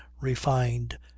refined